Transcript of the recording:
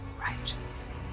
righteous